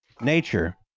nature